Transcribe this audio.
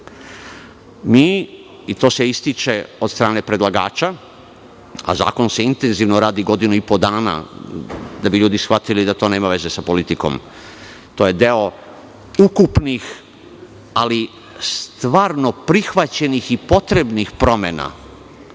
i to se ističe od strane predlagača, a zakon se intenzivno radi godinu i po dana da bi ljudi shvatili da to nema veze sa politikom, to je deo ukupnih, ali stvarno prihvaćenih potrebnih promena